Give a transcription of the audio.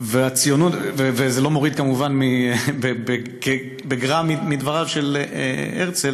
והציונות, זה לא מוריד כמובן בגרם מדבריו של הרצל,